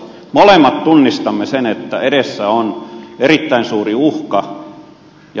molemmat tunnistamme sen että edessä on erittäin suuri uhka